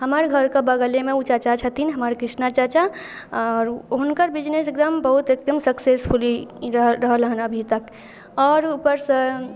हमर घरके बगलेमे ओ चाचा छथिन हमर कृष्ण चाचा आओर हुनकर बिजनेस एकदम बहुत एकदम सक्सेसफुली रह रहल हँ अभी तक आओर उपरसँ